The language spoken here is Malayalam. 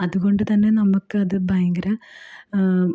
അതുകൊണ്ടുതന്നെ നമുക്ക് അത് ഭയങ്കര